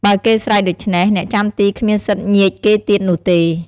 បើគេស្រែកដូច្នេះ អ្នកចាំទីគ្មានសិទ្ធញៀចគេទៀតនោះទេ។